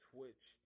Twitch